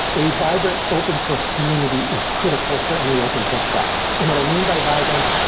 a vibrant open source community is critical for any open source project. and what i mean by vibrant,